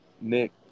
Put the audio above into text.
Nick